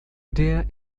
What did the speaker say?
der